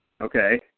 Okay